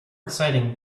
exciting